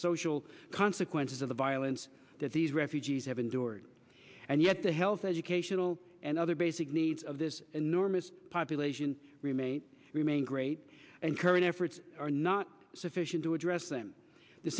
social consequences of the violence that these refugees have endured and yet the health educational and other basic needs of this enormous population remain remain great and current efforts are not sufficient to address them the